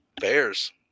Bears